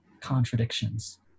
contradictions